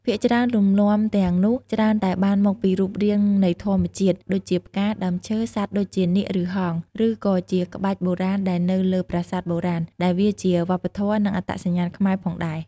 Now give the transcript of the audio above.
ភាគច្រើនលំនាំទាំងនោះច្រើនតែបានមកពីរូបរាងនៃធម្មជាតិ ដូចជាផ្កា ដើមឈើ សត្វដូចជា នាគ ឬ ហង្ស ឬក៏ជាក្បាច់បុរាណដែលនៅលើប្រាសាទបុរាណ ដែលវាជាវប្បធម៌ និងអត្តសញ្ញាណខ្មែរផងដែរ។